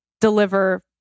deliver